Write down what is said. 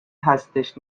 هستش